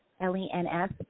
L-E-N-S